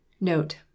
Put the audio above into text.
Note